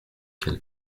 quelle